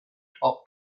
top